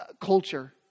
culture